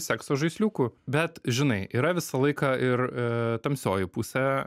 sekso žaisliukų bet žinai yra visą laiką ir tamsioji pusė